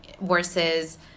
versus